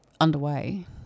underway